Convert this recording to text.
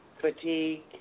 fatigue